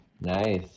Nice